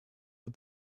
but